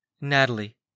Natalie